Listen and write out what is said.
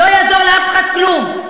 לא יעזור לאף אחד כלום.